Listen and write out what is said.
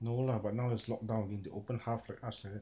no lah but now is locked down again they open half the class like that